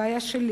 זאת בעיה שלי,